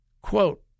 quote